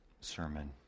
sermon